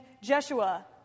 Jeshua